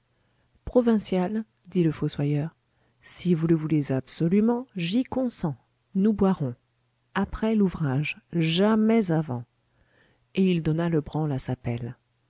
provincial dit le fossoyeur si vous le voulez absolument j'y consens nous boirons après l'ouvrage jamais avant et il donna le branle à